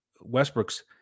Westbrook's